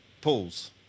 pools